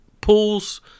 pools